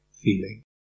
feeling